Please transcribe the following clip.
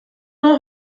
nur